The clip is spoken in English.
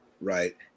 right